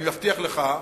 אני מבטיח לך,